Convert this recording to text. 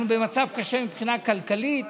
אנחנו במצב קשה מבחינה כלכלית.